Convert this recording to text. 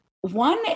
One